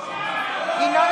ינון